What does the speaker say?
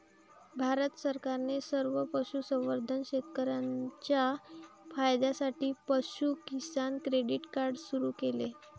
भारत सरकारने सर्व पशुसंवर्धन शेतकर्यांच्या फायद्यासाठी पशु किसान क्रेडिट कार्ड सुरू केले